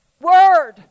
Word